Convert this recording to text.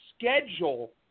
schedule